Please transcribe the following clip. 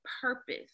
purpose